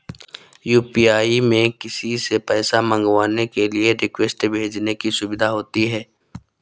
UPI में किसी से पैसा मंगवाने के लिए रिक्वेस्ट भेजने की सुविधा होती है